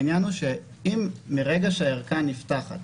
אם מרגע שהערכה נפתחת